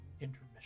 Intermission